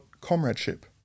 comradeship